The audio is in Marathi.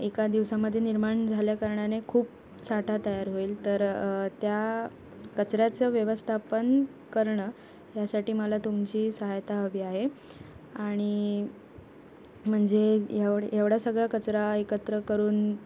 एका दिवसामध्ये निर्माण झाल्याकारणाने खूप साठा तयार होईल तर त्या कचऱ्याचं व्यवस्थापन करणं ह्यासाठी मला तुमची सहायता हवी आहे आणि म्हणजे एवढ एवढा सगळा कचरा एकत्र करून